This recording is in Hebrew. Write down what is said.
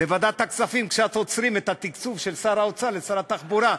בוועדת הכספים קצת עוצרים את התקצוב של שר האוצר לשר התחבורה.